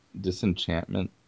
disenchantment